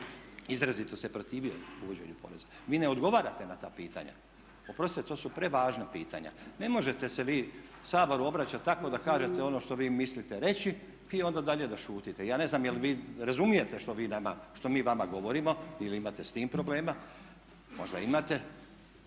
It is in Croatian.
izrazito se protivio uvođenju poreza. Vi ne odgovarate na ta pitanja. Oprostite to su prevažna pitanja. Ne možete se vi Saboru obraćati tako da kažete ono što vi mislite reći i onda dalje da šutite. Ja ne znam je li vi razumijete što mi vama govorimo ili imate s tim problema? Možda imate.